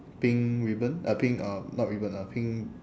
pink ribbon a pink uh not ribbon a pink